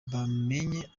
bamenye